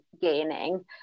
gaining